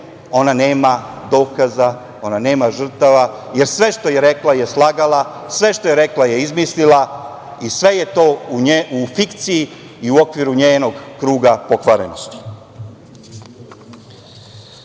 ona nema dokaza, ona nema žrtava, jer sve što je rekla je slagala, sve što je rekla je izmislila i sve je to u fikciji i u okviru njenog kruga pokvarenosti. Juče